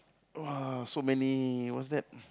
!woah! so many what's that